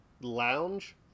Lounge